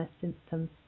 symptoms